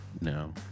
No